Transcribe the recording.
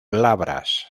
glabras